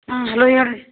ಹಾಂ ಹಲೋ ಹೇಳ್ರಿ